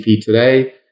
today